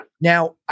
Now